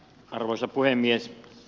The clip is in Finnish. arvoisa puhemies